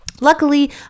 Luckily